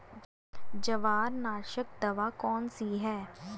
जवार नाशक दवा कौन सी है?